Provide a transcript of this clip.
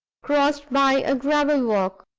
crossed by a gravel walk.